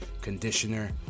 conditioner